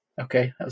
Okay